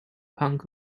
punk